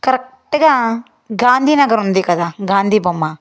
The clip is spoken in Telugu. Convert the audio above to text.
కరెక్ట్గా గాంధీ నగర్ ఉంది కదా గాంధీ బొమ్మ